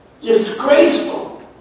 Disgraceful